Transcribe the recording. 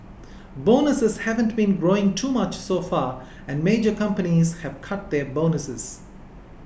bonuses haven't been growing too much so far and major companies have cut their bonuses